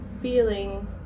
feeling